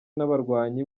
n’abarwanyi